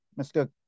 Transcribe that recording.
Mr